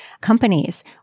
Companies